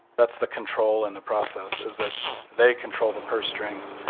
that's the control and the process, is that they control the purse strings.